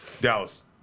Dallas